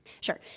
Sure